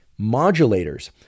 Modulators